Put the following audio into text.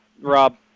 Rob